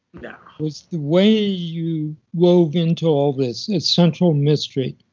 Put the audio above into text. yeah was the way you wove into all this, a central mystery.